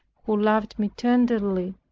who loved me tenderly,